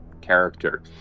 character